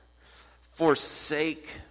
Forsake